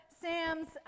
Sam's